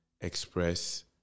express